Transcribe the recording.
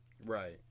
Right